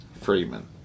Freeman